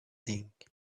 tank